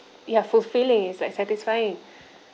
ya fulfilling it's like satisfying